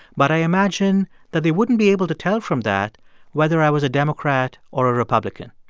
but i imagine that they wouldn't be able to tell from that whether i was a democrat or a republican.